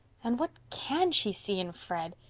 and what can she see in fred?